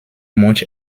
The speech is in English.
much